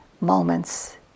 moments